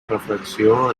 reflexió